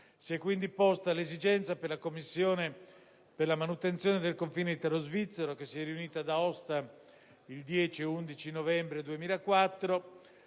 Si è quindi posta l'esigenza per la Commissione per la manutenzione del confine italo-svizzero, riunitasi ad Aosta il 10 e 11 novembre 2004,